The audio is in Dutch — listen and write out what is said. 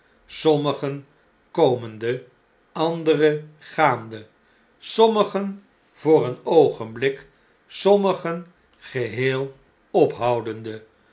sommigen komende anderen gaande sommigen voor een oogenbiik sommigen geheel opdickens